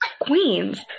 queens